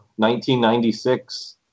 1996